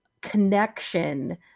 connection